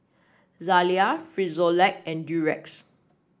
Zalia Frisolac and Durex